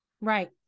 Right